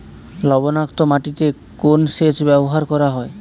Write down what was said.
লবণাক্ত মাটিতে কোন সেচ ব্যবহার করা হয়?